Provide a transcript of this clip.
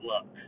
look